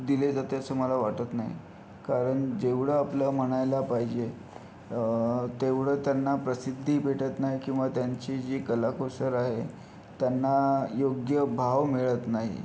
दिले जाते असं मला वाटत नाही कारण जेवढं आपलं म्हणायला पाहिजे तेवढं त्यांना प्रसिद्धी भेटत नाही किंवा त्यांची जी कलाकुसर आहे त्यांना योग्य भाव मिळत नाही